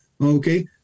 Okay